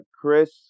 Chris